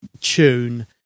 tune